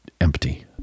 empty